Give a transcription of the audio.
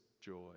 joy